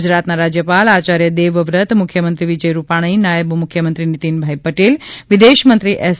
ગુજરાતના રાજ્યપાલ આચાર્ય દેવવ્રત મુખ્યમંત્રી વિજયભાઈ રૂપાણી નાયબ મુખ્યમંત્રી નીતિનભાઈ પટેલ વિદેશમંત્રી એસ